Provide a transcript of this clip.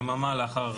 יממה לאחר,